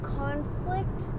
conflict